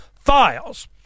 files